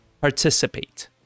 Participate